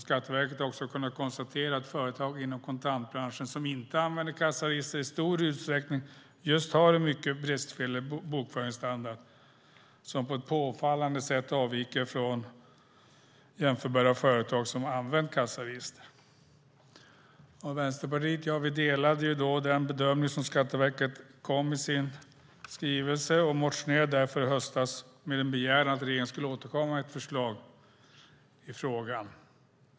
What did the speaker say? Skatteverket har också kunnat konstatera att företag inom kontantbranschen som inte använder kassaregister i stor utsträckning har en mycket bristfällig bokföringsstandard som på ett påfallande sätt avviker från jämförbara företag som har använt kassaregister. Vänsterpartiet delade den bedömning Skatteverket kom med i sin skrivelse och motionerade därför i höstas med en begäran om att regeringen skulle återkomma med ett förslag i frågan.